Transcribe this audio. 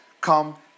come